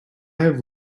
have